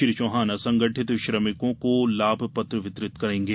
श्री चौहान असंगठित श्रमिकों को लाभ पत्र वितरित करेंगे